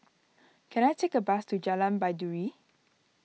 can I take a bus to Jalan Baiduri